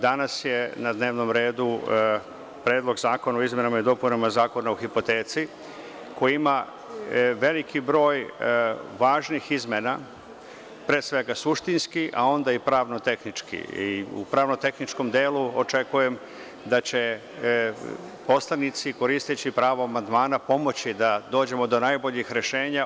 Danas je na dnevnom redu Predlog zakona o izmenama i dopunama Zakona o hipoteci, koji ima veliki broj važnih izmena, pre svega suštinski, a onda i pravno tehnički i u pravno-tehničkom delu očekujem da će poslanici koristeći pravo amandmana pomoći da dođemo do najboljih rešenja.